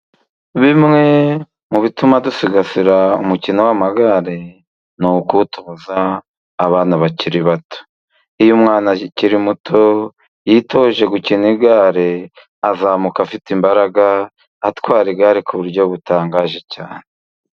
Bimwe mu bituma dusigasira umukino w'amagare ni ukuwutoza abana bakiri bato. Iyo umwana akiri muto yitoje gukina igare, azamuka afite imbaraga, atwara igare ku buryo butangaje cyane.